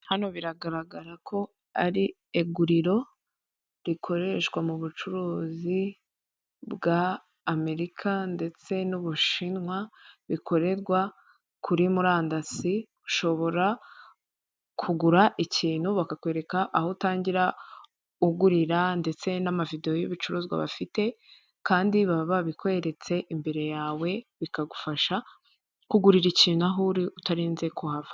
Hano biragaragara ko ari iguriro rikoreshwa mu bucuruzi bwa Amerika ndetse n'Ubushinwa bikorerwa kuri murandasi, ushobora kugura ikintu bakakwereka aho utangira ugurira ndetse n'amavidewo y'ibicuruzwa bafite kandi baba babikweretse imbere yawe, bikagufasha kugura icyo kintu aho uri, utarinze kuhava.